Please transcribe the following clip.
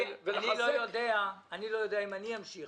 אני לא יודע אם אני אמשיך,